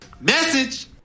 Message